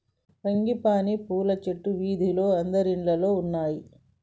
frangipani పూల చెట్లు వీధిలో అందరిల్లల్లో ఉన్నాయి